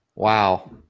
Wow